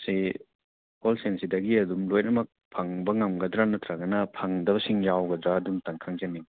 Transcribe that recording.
ꯁꯦ ꯍꯣꯜꯁꯦꯜꯁꯤꯗꯒꯤ ꯑꯗꯨꯝ ꯂꯣꯏꯅꯃꯛ ꯐꯪꯕ ꯉꯝꯒꯗ꯭ꯔꯥ ꯅꯠꯇ꯭ꯔꯒꯅ ꯐꯪꯗꯕꯁꯤꯡ ꯌꯥꯎꯒꯗ꯭ꯔꯥ ꯑꯗꯨ ꯑꯃꯇꯪ ꯈꯪꯖꯅꯤꯡꯏ